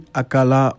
akala